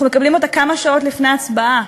אנחנו מקבלים אותה כמה שעות לפני ההצבעה.